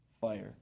fire